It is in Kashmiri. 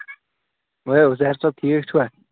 عزیر صٲب ٹھیٖک چھِوا